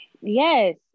Yes